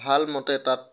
ভাল মতে তাত